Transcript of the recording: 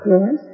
Yes